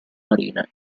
marina